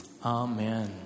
Amen